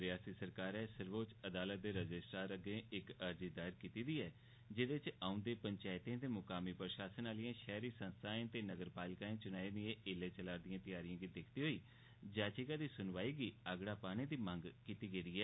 रिआसती सरकारै सर्वोच्च अदालतै दे रजिस्ट्रार अग्गे इक अर्जी दायर कीती दी ऐ जेह्दे च औंदे पंचैती ते मुकामी प्रशासन आह्लिएं शैह्री संस्थाएं ते नगरपालिका चुनाएं दिएं ऐल्लै चलै'रदिएं त्यारिएं गी दिक्खदे होई याचिका दी सुनवाई अगड़ा पाने दी मंग कीती गेदी ऐ